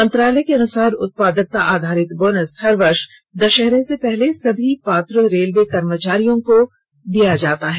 मंत्रालय के अनुसार उत्पादकता आधारित बोनस हर वर्ष दशहरे से पहले सभी पात्र रेलवे कर्मचारियों को दिया जाता है